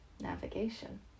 navigation